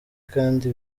kandi